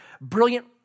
Brilliant